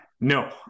No